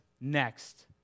next